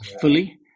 fully